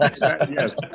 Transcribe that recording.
Yes